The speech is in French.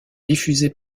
diffusées